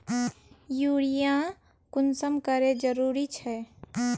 Urea कुंसम करे जरूरी छै?